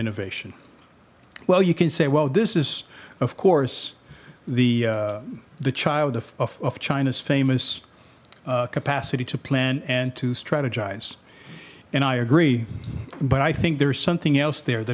innovation well you can say well this is of course the the child of china's famous capacity to plan and to strategize and i agree but i think there's something else there that